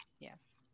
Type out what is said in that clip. Yes